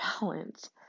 balance